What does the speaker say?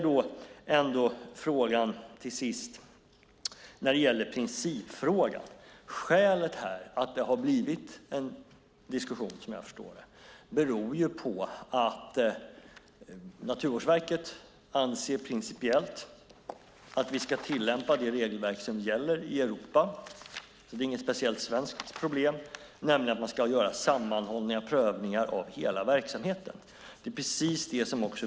Principfrågan och skälet till att det har blivit en diskussion är som jag förstår det att Naturvårdsverket principiellt anser att vi ska tillämpa det regelverk som gäller i Europa - det är alltså inget speciellt svenskt problem - nämligen att man ska göra sammanhållna prövningar av hela verksamheten.